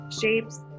Shapes